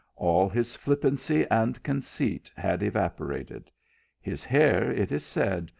all his flippancy and conceit had evaporated his hair, it is said,